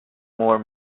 more